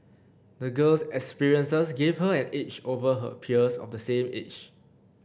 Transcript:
the girl's experiences gave her an edge over her peers of the same age